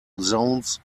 zones